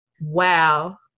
Wow